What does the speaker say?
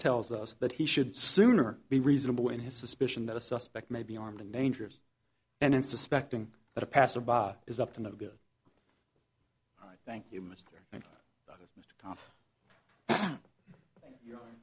tells us that he should sooner be reasonable in his suspicion that a suspect may be armed and dangerous and in suspecting that a passer by is up to no good thank you mr and mr tom you